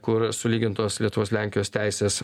kur sulygintos lietuvos lenkijos teisės